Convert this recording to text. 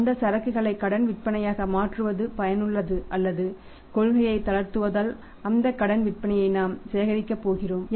அந்த சரக்குகளை கடன் விற்பனையாக மாற்றுவது பயனுள்ளது அல்லது கொள்கையை தளர்த்துவதால் அந்த கடன் விற்பனையை நாம் சேகரிக்கப் போகிறோம்